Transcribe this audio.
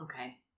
okay